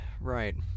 right